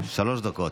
שלוש דקות,